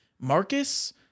Marcus